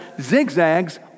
zigzags